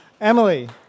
Emily